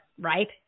right